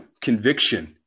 conviction